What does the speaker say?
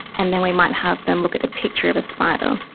and then we might have them look at a picture of a spider,